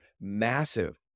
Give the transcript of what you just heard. massive